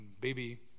Baby